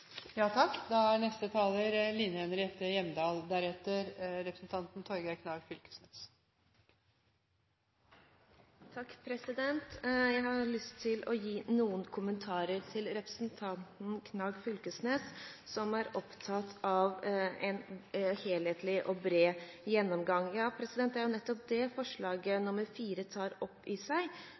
Jeg har lyst til å gi noen kommentarer til representanten Knag Fylkesnes, som er opptatt av en helhetlig og bred gjennomgang. Ja, forslag nr. 4 tar nettopp opp i seg at man ønsker at Stortinget får seg